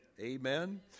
Amen